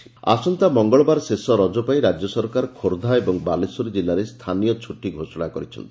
ସ୍ତାନୀୟ ଛୁଟି ଆସନ୍ତା ମଙ୍ଗଳବାର ଶେଷ ରଜ ପାଇଁ ରାଜ୍ୟ ସରକାର ଖୋର୍ବ୍ଧା ଏବଂ ବାଲେଶ୍ୱର ଜିଲ୍ଲାରେ ସ୍ଥାନୀୟ ଛୁଟି ଘୋଷଣା କରିଛନ୍ତି